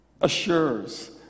assures